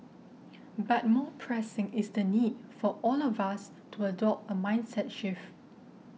but more pressing is the need for all of us to adopt a mindset shift